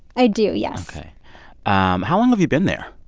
i do, yes ok. um how long have you been there?